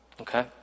okay